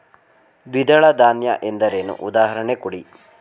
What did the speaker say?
ದ್ವಿದಳ ಧಾನ್ಯ ಗಳೆಂದರೇನು, ಉದಾಹರಣೆ ಕೊಡಿ?